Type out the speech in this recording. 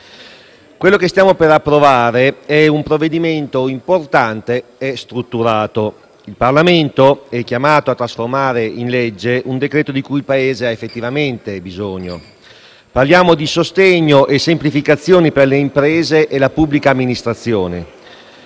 quello che stiamo per approvare è un provvedimento importante e strutturato. Il Parlamento è chiamato a trasformare in legge un decreto-legge di cui il Paese ha effettivamente bisogno. Parliamo di misure per il sostegno e la semplificazione per le imprese e per la pubblica amministrazione,